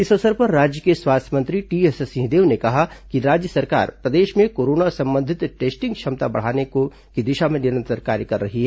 इस अवसर पर राज्य के स्वास्थ्य मंत्री टीएस सिंहदेव ने कहा कि राज्य सरकार प्रदेश में कोरोना संबंधित टेस्टिंग क्षमता को बढ़ाने की दिशा में निरंतर कार्य कर रही है